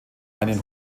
einen